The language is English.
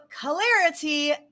clarity